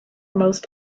most